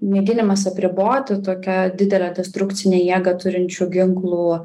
mėginimas apriboti tokią didelę destrukcinę jėgą turinčių ginklų